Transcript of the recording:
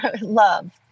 Love